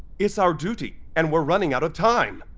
it's our duty, and we're running out of time!